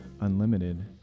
Unlimited